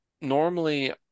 normally